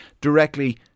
directly